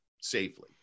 safely